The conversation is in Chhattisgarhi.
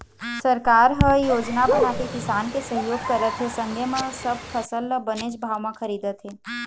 सरकार ह योजना बनाके किसान के सहयोग करत हे संगे म सब फसल ल बनेच भाव म खरीदत हे